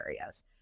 areas